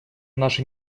наши